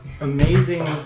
amazing